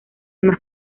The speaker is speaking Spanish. más